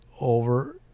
over